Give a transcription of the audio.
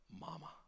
mama